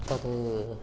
तद्